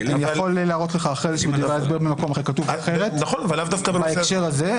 אני יכול להראות לך שבדברי ההסבר במקום אחר כתוב אחרת בהקשר הזה.